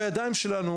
בידיים שלנו,